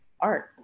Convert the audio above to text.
art